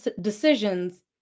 decisions